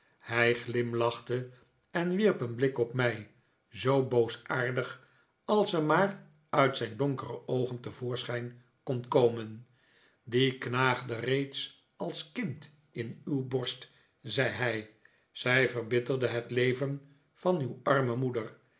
hij glimlachte en wierp een blik op mij zoo boosaardig als er maar uit zijn donkere oogen te voorschijn kon komen die knaagde reeds als kind in uw borst zei hij zij verbitterde het leven van uw arme moeder